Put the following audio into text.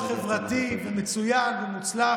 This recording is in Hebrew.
וכולו חברתי ומצוין ומוצלח,